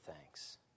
thanks